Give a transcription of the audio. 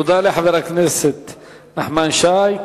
תודה לחבר הכנסת נחמן שי.